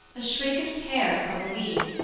a shriek of terror from louise,